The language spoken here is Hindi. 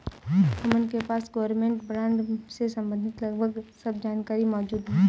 अमन के पास गवर्मेंट बॉन्ड से सम्बंधित लगभग सब जानकारी मौजूद है